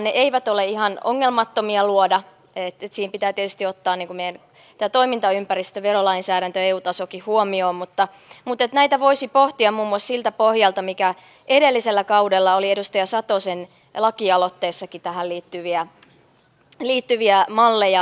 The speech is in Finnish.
ne eivät ole ihan ongelmattomia luoda siinä pitää tietysti ottaa tämä meidän toimintaympäristö verolainsäädäntö ja eu tasokin huomioon mutta näitä voisi pohtia muun muassa siltä pohjalta miten edellisellä kaudella oli edustaja satosen lakialoitteessakin tähän liittyviä malleja pohdittu